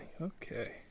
Okay